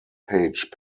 page